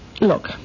Look